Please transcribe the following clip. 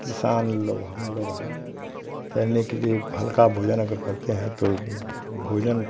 किसान लोग हम लोग हैं तैरने के लिए हल्का भोजन अगर करते हैं तो भोजन